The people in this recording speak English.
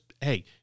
hey